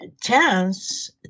chance